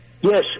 yes